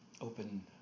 open